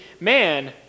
Man